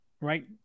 Right